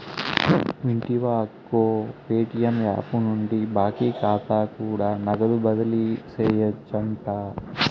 వింటివా అక్కో, Paytm app నుండి బాకీ కాతా కూడా నగదు బదిలీ సేయొచ్చంట